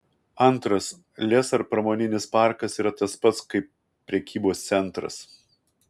antras lez ar pramoninis parkas yra tas pats kaip prekybos centras